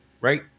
right